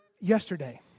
yesterday